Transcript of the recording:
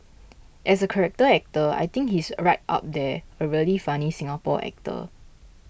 as a character actor I think he's right up there a really funny Singapore actor